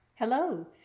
Hello